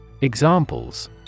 Examples